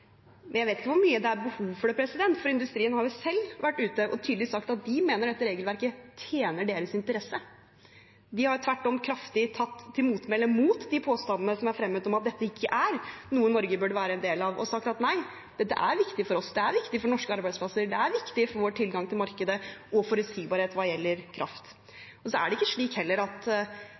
Jeg vet ikke hvor mye det er behov for det, for industrien har jo selv tidlig vært ute og sagt at de mener at dette regelverket tjener deres interesser. De har tvert om tatt kraftig til motmæle mot de påstandene som er fremmet om at dette ikke er noe Norge burde være en del av, og sagt: Nei, dette er viktig for oss, det er viktig for norske arbeidsplasser, og det er viktig for vår tilgang til markedet og forutsigbarhet hva gjelder kraft. Men så er det heller ikke slik at